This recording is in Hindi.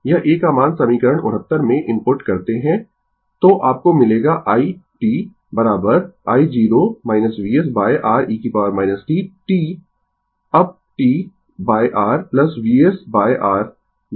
यह A का मान समीकरण 69 में इनपुट करते है तो आपको मिलेगा i t i0 Vs Re t t up t R Vs R